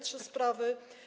Trzy sprawy.